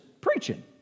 preaching